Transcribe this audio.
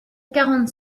quarante